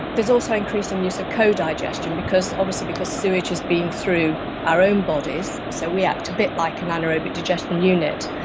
there is also increasing use of co-digestion, obviously because sewage has been through our own bodies so we act a bit like an anaerobic digestion unit.